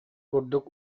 курдук